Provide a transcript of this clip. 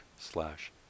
slash